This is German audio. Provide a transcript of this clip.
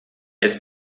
ist